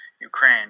Ukraine